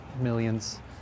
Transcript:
millions